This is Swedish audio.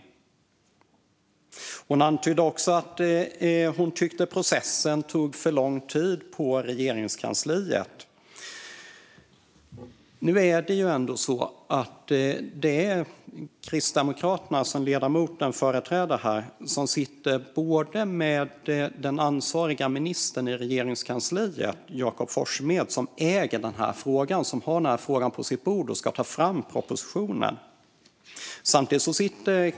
Ebba Busch antydde också att hon tyckte att processen i Regeringskansliet tog för lång tid. Kristdemokraterna, som ledamoten företräder här, har den ansvariga ministern i Regeringskansliet, Jakob Forssmed. Han äger frågan och har den på sitt bord, och det är han som ska ta fram propositionen.